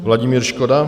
Vladimír Škoda.